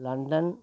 London